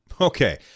Okay